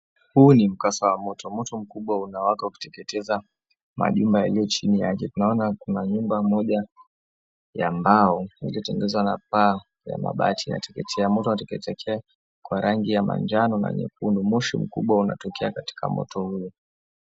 Huu ni mkasa wa moto. Moto mkubwa unaowaka ukiteketeza manyumba yaliyo chini yake. Tunaona kuna nyumba moja ya mbao kinachotengezwa na paa ya mabati yateketea. Moto yateketea kwa rangi ya manjano na nyekundu. Moshi mkubwa unatokea katika moto huu.